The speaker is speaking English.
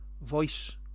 voice